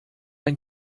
ein